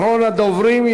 אחרון הדוברים,